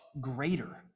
greater